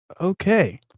Okay